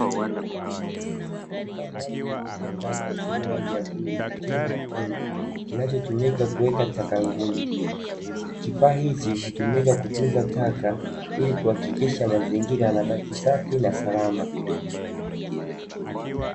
Kifaa maalumu chakuwekea taka chenye rangi ya bluu chenye matundu kinachotumika kuweka taka ngumu, kifaa hutumika kutunza taka ili kuhakikisha mazingira yanabaki safi na salama.